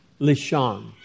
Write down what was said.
Lishan